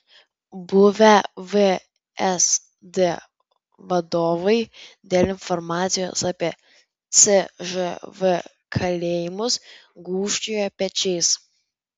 buvę vsd vadovai dėl informacijos apie cžv kalėjimus gūžčioja pečiais